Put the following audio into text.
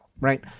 right